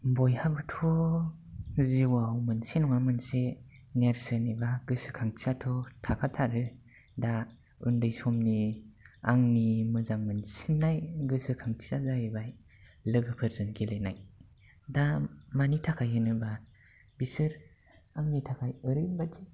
बयहाबोथ' जिउआव मोनसे नङा मोनसे नेरसोन एबा गोसोखांथियाथ' थाखाथारो दा उन्दै समनि आंनि मोजां मोनसिननाय गोसोखांथिया जाहैबाय लोगोफोरजों गेलेनाय दा मानि थाखाय होनोब्ला बिसोर आंनि थाखाय ओरैबादि